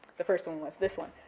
the first one was this one,